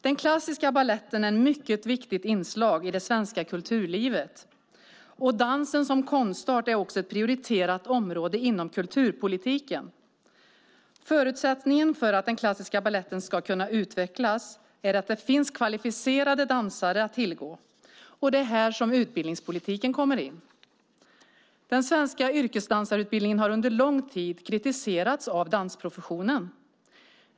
Den klassiska baletten är ett mycket viktigt inslag i det svenska kulturlivet, och dansen som konstart är också ett prioriterat område inom kulturpolitiken. Förutsättningen för att den klassiska baletten ska kunna utvecklas är att det finns kvalificerade dansare att tillgå, och det är här utbildningspolitiken kommer in. Den svenska yrkesdansarutbildningen har under lång tid kritiserats av dansprofessionen.